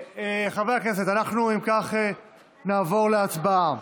חברי הכנסת, אם כך, אנחנו נעבור להצבעה.